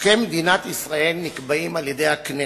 חוקי מדינת ישראל נקבעים על-ידי הכנסת,